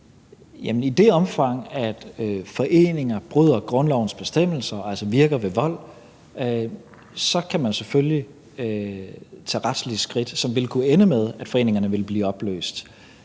i det omfang, foreninger bryder grundlovens bestemmelser og altså virker ved vold, kan man selvfølgelig tage retslige skridt, som vil kunne ende med, at foreningerne vil blive opløst.